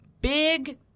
big